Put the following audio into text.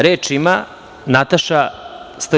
Reč ima Nataša St.